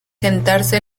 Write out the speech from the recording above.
sentarse